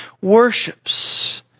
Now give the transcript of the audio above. worships